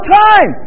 time